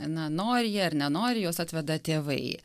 na nori jie ar nenori juos atveda tėvai